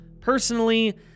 Personally